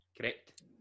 Correct